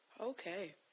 Okay